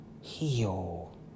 Heal